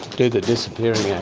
do the disappearing yeah